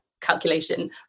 calculation